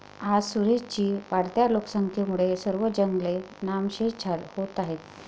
आज सुरेश जी, वाढत्या लोकसंख्येमुळे सर्व जंगले नामशेष होत आहेत